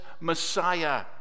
Messiah